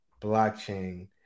blockchain